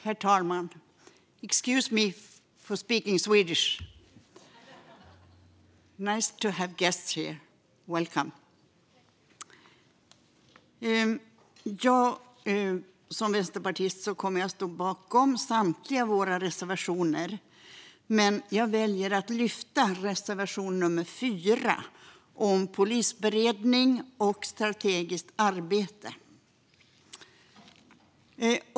Herr talman! Excuse me for speaking Swedish! Nice to have guests here. Welcome! Som vänsterpartist står jag bakom samtliga våra reservationer, men jag väljer att yrka bifall till reservation nummer 4 om polisberedning och strategiskt arbete.